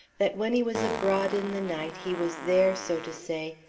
that when he was abroad in the night he was there, so to say,